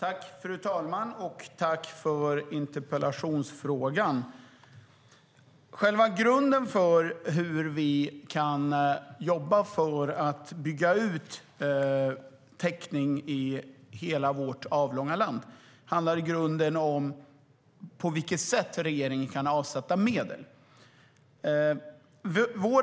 Fru talman! Tack för interpellationen! Frågan om hur vi kan jobba för att bygga ut täckning i hela vårt avlånga land handlar i grunden om på vilket sätt regeringen kan avsätta medel.